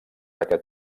aquest